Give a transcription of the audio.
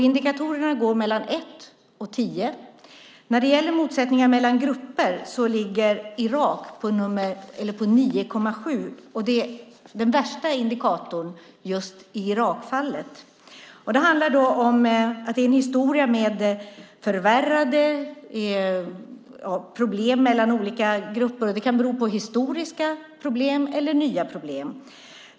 Indikatorerna går från 1 till 10. När det gäller motsättningar mellan grupper ligger Irak på 9,7. Den värsta indikatorn finns just i Irakfallet. Det handlar om problem mellan grupper som har förvärrats. Det kan bero på historiska problem eller nya problem.